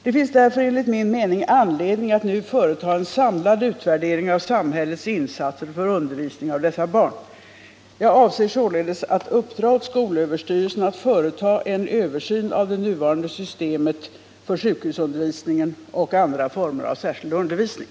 Det finns därför enligt min mening anledning att nu företa en samlad utvärdering av samhällets insatser för undervisning av dessa barn. Jag avser således att uppdra åt skolöverstyrelsen att företa en översyn av det nuvarande systemet för sjukhusundervisningen och andra former av särskild undervisning.